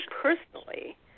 personally